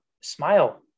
smile